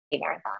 marathon